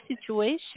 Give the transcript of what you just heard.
situation